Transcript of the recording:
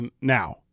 now